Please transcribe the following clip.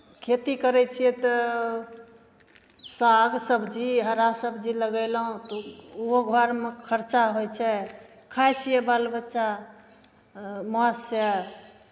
खेती करै छियै तऽ साग सबजी हरा सबजी लगयलहुँ ओहो घरमे खर्चा होइ छै खाइ छियै बालबच्चा मोनसँ